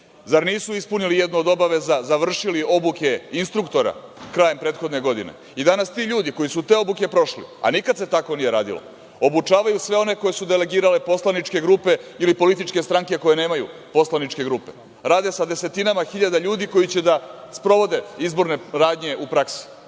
zar nisu ispunili jednu od obaveza, završili obuke instruktora krajem prethodne godine? Danas ti ljudi koji su te obuke prošli, a nikada se tako nije radilo, obučavaju sve one koje su delegirale poslaničke grupe ili političke stranke koje nemaju poslaničke grupe, rade sa desetinama hiljada ljudi koji će da sprovode izborne radnje u praksi,